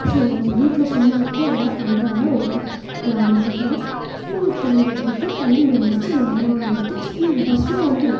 சரி நம்ம வீட்டில் சும்மா இருக்கோம் அதெல்லாம் பண்ணுறாங்க ஓகே நான் அன்னைக்கு அப்படி தான் ஸ்கூலுக்கு கிளம்பிட்ருக்கேன் பல்லி உழுந்துருச்சு எங்கள் அம்மா வந்துவிட்டு ஸ்கூல் பஸ்ஸும் வந்துடும்